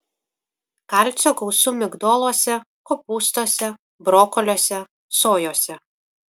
kalcio gausu migdoluose kopūstuose brokoliuose sojose